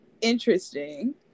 interesting